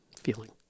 feeling